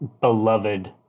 beloved